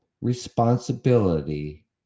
responsibility